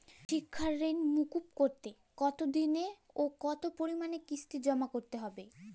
শিক্ষার ঋণ মুকুব করতে কতোদিনে ও কতো পরিমাণে কিস্তি জমা করতে হবে?